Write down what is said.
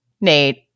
nate